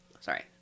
Sorry